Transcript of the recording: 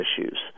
issues